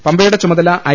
പമ്പയുടെ ചുമതല ഐ